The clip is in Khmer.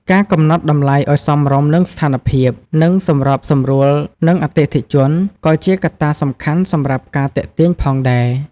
ការកំណត់តម្លៃឲ្យសមរម្យនឹងស្ថានភាព និងសម្របសម្រួលនឹងអតិថិជន ក៏ជាកត្តាសំខាន់សម្រាប់ការទាក់ទាញផងដែរ។